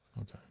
Okay